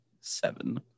seven